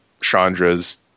Chandra's